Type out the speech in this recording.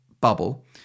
bubble